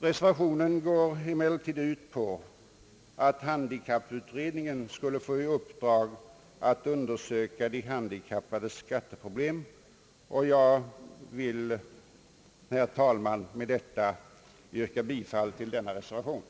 Reservationen går emellertid ut på att handikapputredningen skall få i uppdrag att undersöka de handikappades skatteproblem. Jag vill, herr talman, med detta yrka bifall till reservation A.